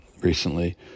recently